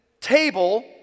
table